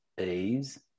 ease